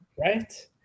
Right